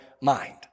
mind